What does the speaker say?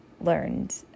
learned